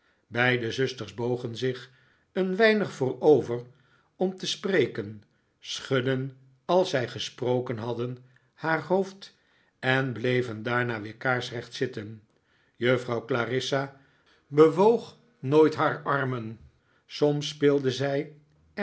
beide zusters bogen zich een weinig voorover om te spreken schudden als zij gesproken hadden haar hoofd en bleven daarna weer kaarsrecjit zitten juffrouw clarissa bewoog nooit haar armen soms speelde zij